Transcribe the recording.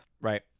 Right